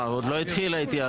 לא, עוד לא התחילה ההתייעצות.